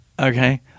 Okay